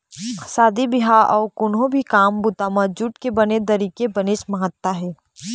शादी बिहाव अउ कोनो भी काम बूता म जूट के बने दरी के बनेच महत्ता हे